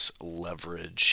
leverage